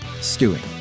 stewing